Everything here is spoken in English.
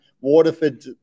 Waterford